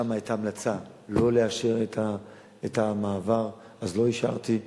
שם היתה המלצה לא לאשר את המעבר, אז לא אישרתי,